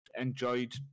enjoyed